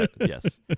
Yes